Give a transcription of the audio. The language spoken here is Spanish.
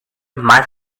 más